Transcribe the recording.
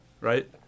right